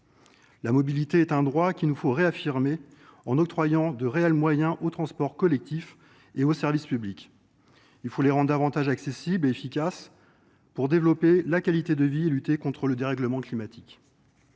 La mobilité est un droit qu'il nous faut réaffirmer en octroyant de réels moyens au transport collectif et aux services publics, il faut les rendre davantage accessibles et efficaces pour développer la qualité de vie et lutter contre le dérèglement climatique